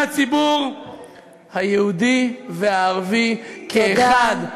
הציבור היהודי והערבי כאחד בארץ-ישראל.